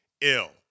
Ill